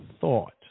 thought